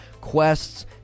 quests